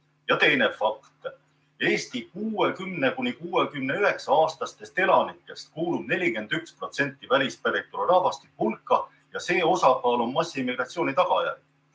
Teine fakt. Eesti 60–69-aastastest elanikest kuulub 41% välispäritolu rahvastiku hulka ja see osakaal on massiimmigratsiooni tagajärg.